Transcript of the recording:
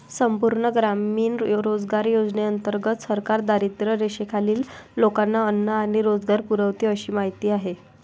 संपूर्ण ग्रामीण रोजगार योजनेंतर्गत सरकार दारिद्र्यरेषेखालील लोकांना अन्न आणि रोजगार पुरवते अशी माहिती आहे